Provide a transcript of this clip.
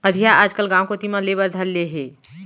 अधिया आजकल गॉंव कोती म लेय बर धर ले हें